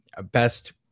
best